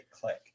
click